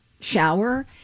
shower